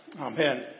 Amen